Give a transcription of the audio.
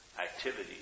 activity